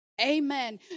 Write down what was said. Amen